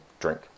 drink